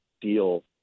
deal